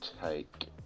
take